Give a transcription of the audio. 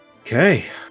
Okay